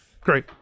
great